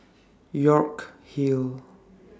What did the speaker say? York Hill